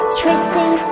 tracing